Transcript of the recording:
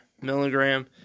milligram